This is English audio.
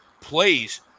plays